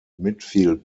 midfield